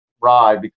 ride